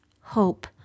hope